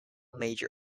major